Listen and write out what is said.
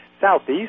southeast